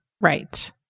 Right